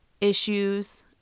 issues